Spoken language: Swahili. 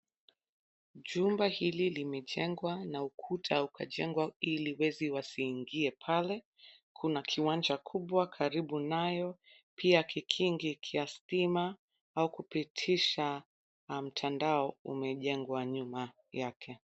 Chumba hili limejengwa na ukuta ukajengwa ili wezi wasiingie pale. Kuna kiwanja kubwa karibu nayo pia kikinge kia stima au kupitisha na mtandao umejengwa nyuma yake.